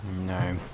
No